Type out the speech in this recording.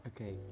Okay